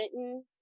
written